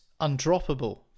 undroppable